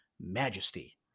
majesty